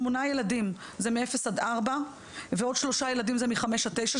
שמונה ילדים הם בגילאי 0 עד 4 ועוד שלושה ילדים בגילאי 5 עד 9,